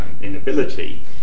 inability